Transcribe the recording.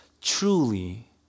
truly